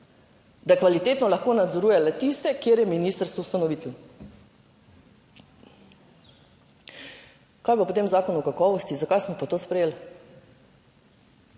Da kvalitetno lahko nadzoruje le tiste, kjer je ministrstvo ustanovitelj. Kaj pa potem zakon o kakovosti? Zakaj smo pa to sprejeli?